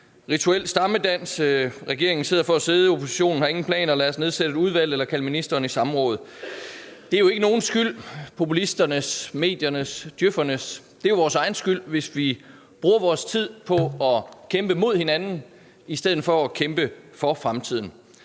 rituel stammedans. Regeringen sidder for at sidde, oppositionen har ingen planer, lad os nedsætte et udvalg eller kalde ministeren i samråd. Det er jo ikke nogens skyld; populisternes, mediernes, djøf'ernes. Det er jo vores egen skyld, hvis vi bruger vores tid på at kæmpe mod hinanden i stedet for at kæmpe for fremtiden.